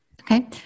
Okay